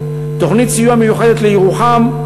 תוכנית סיוע מיוחדת לירוחם,